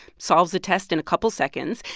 solves the test in a couple seconds,